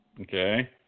Okay